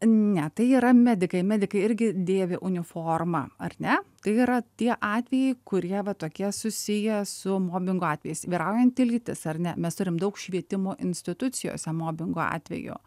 ne tai yra medikai medikai irgi dėvi uniformą ar ne tai yra tie atvejai kurie va tokie susiję su mobingo atvejais vyraujanti lytis ar ne mes turim daug švietimo institucijose mobingo atvejų